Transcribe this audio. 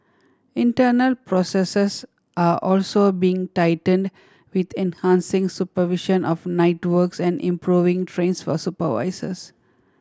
internal processes are also being tightened with enhancing supervision of night works and improving trainings for supervisors